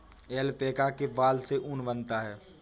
alpaca के बाल से ऊन बनता है